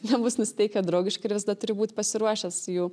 nebus nusiteikę draugiškai ir visada turi būt pasiruošęs jų